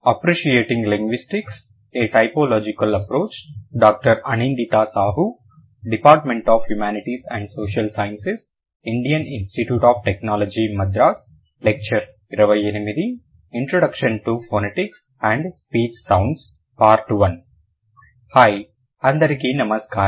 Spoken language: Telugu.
introduction to phonetics and speech sounds part 1 hi అందరికీ నమస్కారం